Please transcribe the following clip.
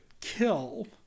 kill